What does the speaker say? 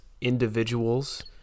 individuals